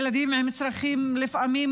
ילדים עם צרכים לפעמים,